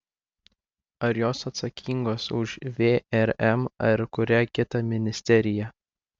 ar jos atsakingos už vrm ar kurią kitą ministeriją